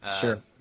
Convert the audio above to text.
Sure